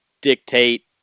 dictate